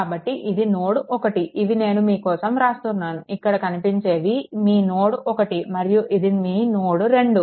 కాబట్టి ఇది నోడ్1 ఇవి నేను మీ కోసం వ్రాస్తున్నాను ఇక్కడ కనిపించేది మీ నోడ్1 మరియు ఇది మీ నోడ్ 2